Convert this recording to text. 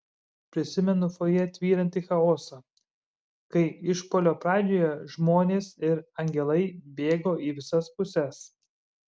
prisimenu fojė tvyrantį chaosą kai išpuolio pradžioje žmonės ir angelai bėgo į visas puses